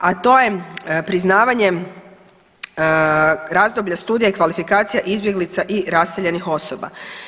A to je priznavanje razdoblja studija i kvalifikacija izbjeglica i raseljenih osoba.